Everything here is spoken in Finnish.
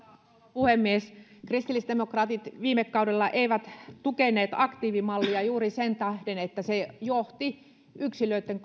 puhemies kristillisdemokraatit viime kaudella eivät tukeneet aktiivimallia juuri sen tähden että se johti yksilöitten